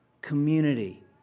community